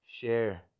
share